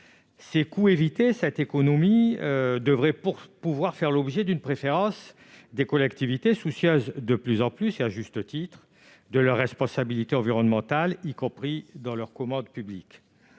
publique. Cette économie devrait pouvoir faire l'objet d'une préférence des collectivités, de plus en plus soucieuses de leur responsabilité environnementale, y compris dans leurs commandes publiques.